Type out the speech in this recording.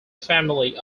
family